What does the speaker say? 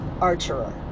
archer